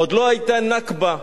עוד לא היתה נכבה,